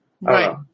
right